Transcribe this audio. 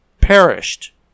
perished